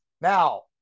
now